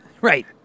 right